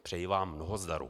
Přeji vám mnoho zdaru.